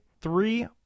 three